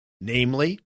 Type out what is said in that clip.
Namely